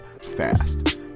fast